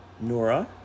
Nora